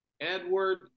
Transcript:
Edward